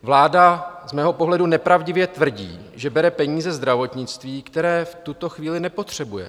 Vláda z mého pohledu nepravdivě tvrdí, že bere peníze zdravotnictví, které v tuto chvíli nepotřebuje.